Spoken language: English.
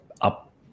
up